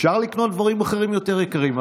אפשר לקנות דברים יותר יקרים,